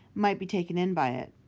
might be taken in by it.